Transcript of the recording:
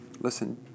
listen